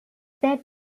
that